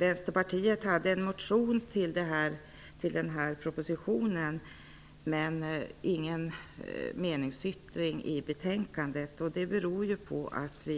Vänsterpartiet väckte en motion i anslutning till den här propositionen, men vi har inte fogat någon meningsyttring till betänkandet. Det beror på att